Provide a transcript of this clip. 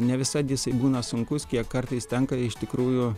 ne visad jisai būna sunkus kiek kartais tenka iš tikrųjų